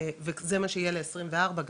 וזה מה שיהיה ל-2024 גם,